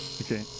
Okay